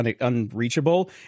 unreachable